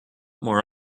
more